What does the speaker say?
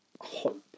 hope